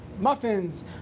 Muffins